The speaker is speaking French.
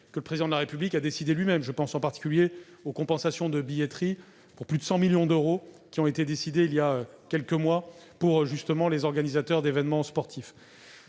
que le Président de la République a fixées lui-même. Je pense en particulier aux compensations de billetterie pour plus de 100 millions d'euros qui ont été décidées voilà quelques mois pour les organisateurs d'événements sportifs.